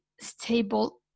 stable